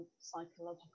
psychological